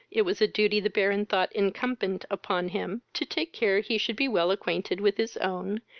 it was a duty the baron thought incumbent upon him to take care he should be well acquainted with his own,